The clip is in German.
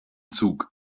zug